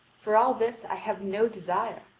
for all this i have no desire.